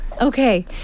Okay